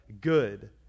good